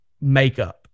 makeup